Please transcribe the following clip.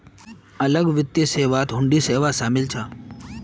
अलग वित्त सेवात हुंडी सेवा शामिल छ